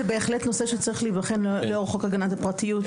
זהו בהחלט נושא שצריך להיבחן לאור חוק הגנת הפרטיות,